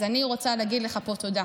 אז אני רוצה להגיד לך פה תודה.